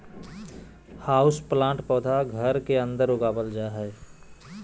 houseplant पौधा घर के अंदर उगावल जा हय